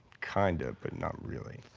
kind of, but not really.